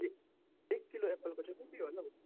ए एक किलो एप्पलको चाहिँ कति होला हौ